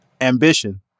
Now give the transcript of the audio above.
ambition